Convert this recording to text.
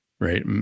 right